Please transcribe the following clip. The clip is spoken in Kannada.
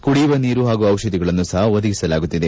ಕುಡಿಯುವ ನೀರು ಹಾಗೂ ಔಷಧಿಗಳನ್ನು ಸಹ ಒದಗಿಸಲಾಗುತ್ತಿದೆ